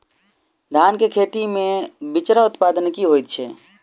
धान केँ खेती मे बिचरा उत्पादन की होइत छी?